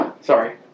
Sorry